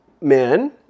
men